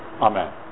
Amen